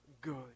good